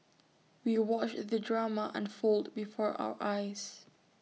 we watched the drama unfold before our eyes